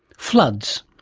floods.